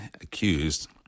accused